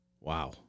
Wow